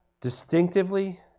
Distinctively